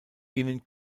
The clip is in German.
ihnen